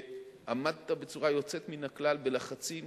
עמדת בצורה יוצאת מן הכלל בלחצים